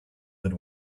but